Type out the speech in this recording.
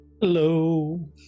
Hello